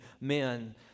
men